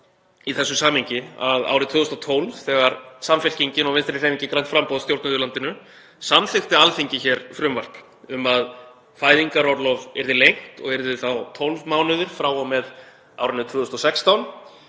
í þessu samhengi að árið 2012, þegar Samfylkingin og Vinstrihreyfingin – grænt framboð stjórnuðu landinu, samþykkti Alþingi frumvarp um að fæðingarorlof yrði lengt og yrði þá 12 mánuðir frá og með árinu 2016.